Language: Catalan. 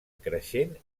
creixent